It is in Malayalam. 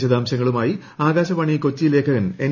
വിശദാംശങ്ങളുമായി ആകാശവാണി കൊച്ചി ലേഖകൻ എൻ